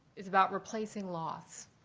is about replacing loss.